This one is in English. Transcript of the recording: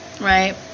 right